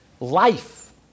Life